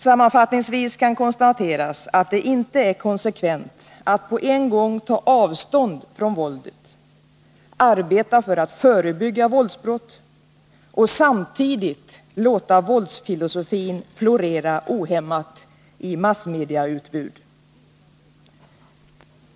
Sammanfattningsvis kan konstateras att det inte är konsekvent att på en gång ta avstånd från våldet, arbeta för att förebygga våldsbrott och samtidigt låta våldsfilosofin florera ohämmat i massmediautbud.